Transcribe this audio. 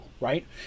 right